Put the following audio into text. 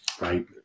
Right